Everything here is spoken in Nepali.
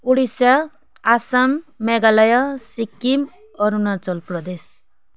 उडिसा आसम मेघालय सिक्किम अरुणाचल प्रदेश